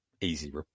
easy